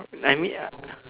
I mean uh